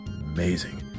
amazing